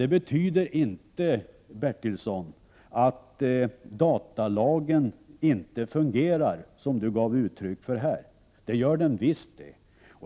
Det betyder inte att datalagen inte fungerar, som Bertilsson gav uttryck för här. Det gör den visst.